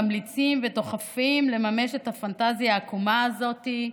ממליצים ודוחפים לממש את הפנטזיה העקומה הזאת.